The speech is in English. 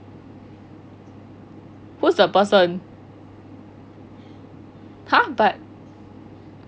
who's the person !huh! but